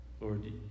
Lord